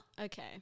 okay